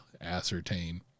ascertain